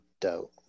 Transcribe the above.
doubt